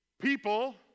people